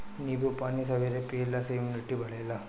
नींबू पानी सबेरे पियला से इमुनिटी बढ़ेला